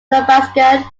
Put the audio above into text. athabaskan